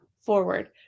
forward